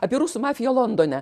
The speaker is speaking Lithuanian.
apie rusų mafiją londone